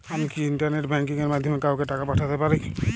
আমি কি internet banking এর মাধ্যমে কাওকে টাকা পাঠাতে পারি?